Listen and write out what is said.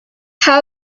how